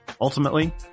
Ultimately